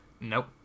Nope